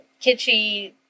kitschy